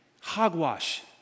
hogwash